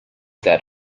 that